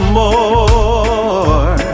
more